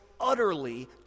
utterly